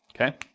Okay